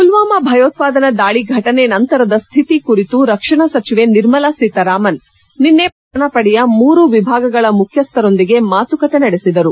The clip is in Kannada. ಪುಲ್ವಾಮಾ ಭಯೋತ್ವಾದನಾ ದಾಳಿ ಘಟನೆ ನಂತರದ ಸ್ವಿತಿ ಕುರಿತು ರಕ್ಷಣಾ ಸಚಿವೆ ನಿರ್ಮಲಾ ಸೀತಾರಾಮನ್ ನಿನ್ನೆ ಭಾರತದ ರಕ್ಷಣಾ ಪಡೆಯ ಮೂರು ವಿಭಾಗಗಳ ಮುಖ್ಯಸ್ಥರೊಂದಿಗೆ ಮಾತುಕತೆ ನಡೆಸಿದರು